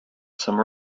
some